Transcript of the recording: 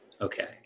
okay